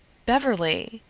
beverly,